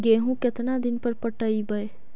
गेहूं केतना दिन पर पटइबै?